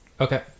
Okay